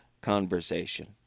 conversation